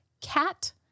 cat